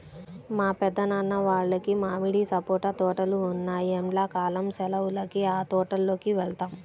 మా పెద్దనాన్న వాళ్లకి మామిడి, సపోటా తోటలు ఉన్నాయ్, ఎండ్లా కాలం సెలవులకి ఆ తోటల్లోకి వెళ్తాం